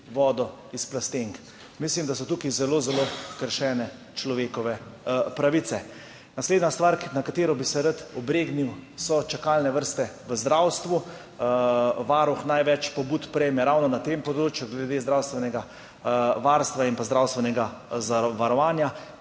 vodo iz plastenk? Mislim, da so tukaj zelo zelo kršene človekove pravice. Naslednja stvar, ob katero bi se rad obregnil, so čakalne vrste v zdravstvu. Varuh največ pobud prejme ravno na tem področju glede zdravstvenega varstva in zdravstvenega zavarovanja.